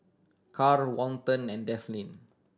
Karl Walton and Delphine